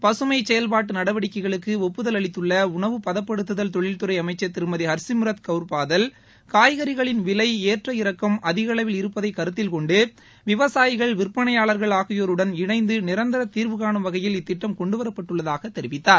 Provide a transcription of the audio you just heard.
பசுமை செயல்பாட்டு நடவடிக்கைகளுக்கு ஒப்புதல் அளித்துள்ள உணவு பதப்படுத்துதல் தொழில்துறை திருமதி ஹர்சிம்ரத் கவுர் பாதல் காய்கறிகளின் விலை ஏற்ற இறக்கம் அதிக அளவில் அமைச்சர் இருப்பதை கருத்தில் கொண்டு விவசாயிகள் விற்பனையாளர்கள் ஆகியோருடன் இணைந்து நிரந்தர தீர்வுகாணும் வகையில் இத்திட்டம் கொண்டுவரப்பட்டுள்ளதாக தெரிவித்தார்